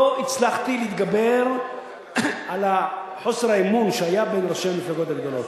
לא הצלחתי להתגבר על חוסר האמון שהיה בין ראשי המפלגות הגדולות,